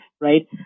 right